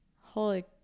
Holy